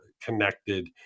connected